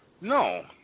No